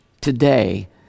today